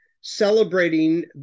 celebrating